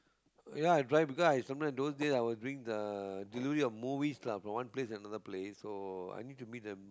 ya i drive because I sometimes those days I was doing the delivery of movies lah from one place another place so I need to meet the